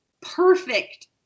perfect